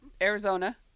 Arizona